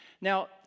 Now